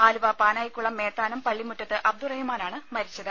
ആലുവ പാനായിക്കുളം മേത്താനം പള്ളിമുറ്റത്ത് അബ്ദുറഹ്മാൻ ആണ് മരിച്ചത്